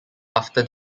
after